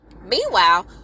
Meanwhile